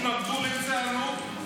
התנגדו לציונות,